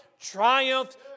triumphed